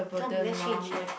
come let's change